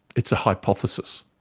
it's a hypothesis.